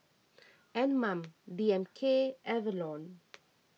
Anmum D M K Avalon